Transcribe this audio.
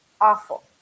awful